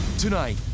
Tonight